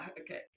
okay